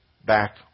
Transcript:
Back